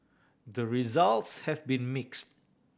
the results have been mix